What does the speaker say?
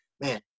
man